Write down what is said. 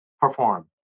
perform